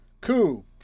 Coup